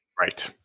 Right